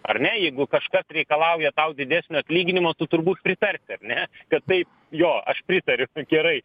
ar ne jeigu kažkas reikalauja tau didesnio atlyginimo tu turbūt pritarsi ar ne kad taip jo aš pritariu gerai